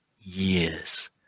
years